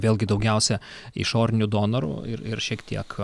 vėlgi daugiausia išorinių donorų ir ir šiek tiek